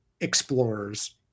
explorers